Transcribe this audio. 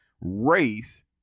race